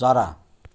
चरा